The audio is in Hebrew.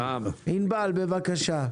ענבל, בבקשה.